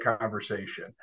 conversation